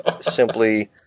simply